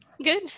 Good